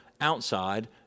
outside